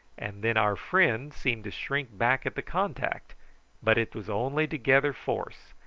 and then our friend seemed to shrink back at the contact but it was only to gather force,